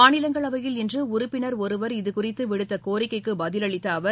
மாநிலங்களவையில் இன்று உறுப்பினர் ஒருவர் இது குறித்து விடுத்த கோரிக்கைக்கு பதிலளித்த அவர்